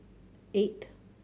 eight